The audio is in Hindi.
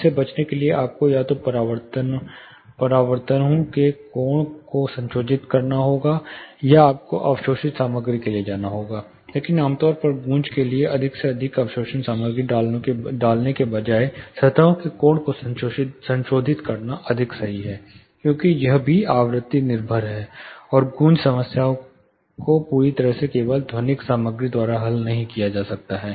इससे बचने के लिए आपको या तो परावर्तन हूं के कोण को संशोधित करना होगा या आपको अवशोषित सामग्री के लिए जाना होगा लेकिन आमतौर पर गूंज के लिए अधिक से अधिक अवशोषण सामग्री डालने के बजाय सतहों के कोण को संशोधित करना ज्यादा सही है क्योंकि यह भी है आवृत्ति निर्भर है और गूंज समस्याओं को पूरी तरह से केवल ध्वनिक सामग्री द्वारा हल नहीं किया जा सकता है